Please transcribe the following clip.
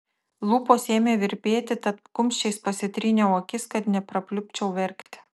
lūpos ėmė virpėti tad kumščiais pasitryniau akis kad neprapliupčiau verkti